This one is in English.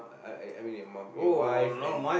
I I I mean your mum your wife and